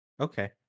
Okay